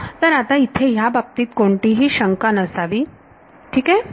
तर आता इथे ह्या बाबतीत कोणतीही शंका नसावी ठीक आहे